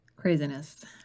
Craziness